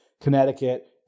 Connecticut